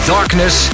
Darkness